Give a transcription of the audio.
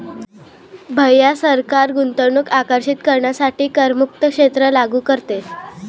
भैया सरकार गुंतवणूक आकर्षित करण्यासाठी करमुक्त क्षेत्र लागू करते